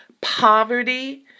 poverty